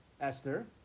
Esther